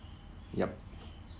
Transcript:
yup